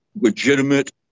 legitimate